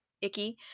icky